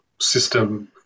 system